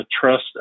trust